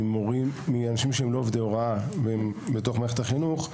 מניעה מאנשים שהם לא עובדי הוראה מלהיכנס אל תוך מערכת החינוך,